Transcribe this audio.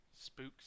spooks